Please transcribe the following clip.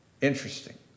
Interesting